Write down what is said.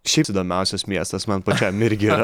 šiaip įdomiausias miestas man pačiam irgi yra